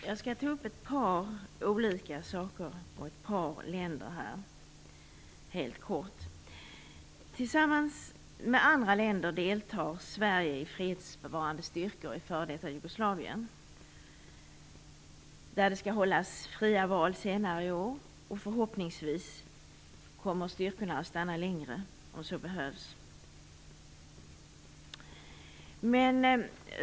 Fru talman! Jag skall helt kort ta upp frågor som rör ett par olika saker och ett par länder. Tillsammans med andra länder deltar Sverige i fredsbevarande styrkor i f.d. Jugoslavien, där det senare i år skall hållas fria val. Förhoppningsvis stannar styrkorna längre, om så behövs.